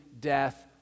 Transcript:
death